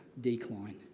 decline